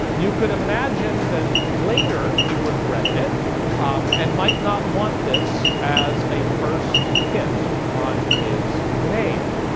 you could imagine that later he regretted it and might not want this as a first hit on his name.